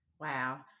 Wow